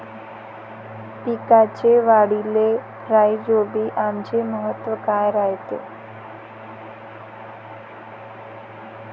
पिकाच्या वाढीले राईझोबीआमचे महत्व काय रायते?